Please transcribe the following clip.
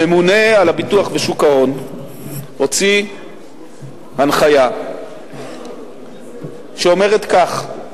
הממונה על הביטוח ושוק ההון הוציא הנחיה שאומרת כך: